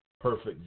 perfect